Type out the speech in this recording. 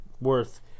worth